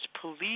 police